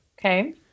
Okay